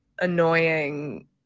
annoying